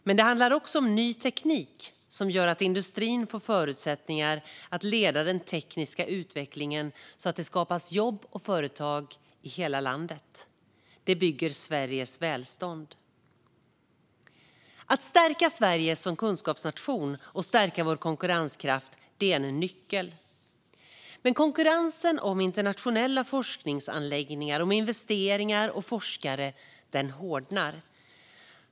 Men det handlar också om ny teknik som ger industrin förutsättningar att leda den tekniska utvecklingen, så att det skapas jobb och företag i hela landet. Det bygger Sveriges välstånd. Att stärka Sverige som kunskapsnation och att stärka vår konkurrenskraft är en nyckel. Men konkurrensen om internationella forskningsanläggningar, investeringar och forskare hårdnar.